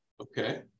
Okay